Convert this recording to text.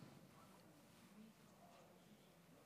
חמש דקות.